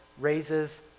raises